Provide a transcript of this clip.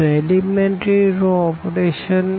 તો elementary row ઓપરેશelementary row operations